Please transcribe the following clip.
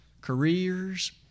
careers